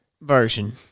version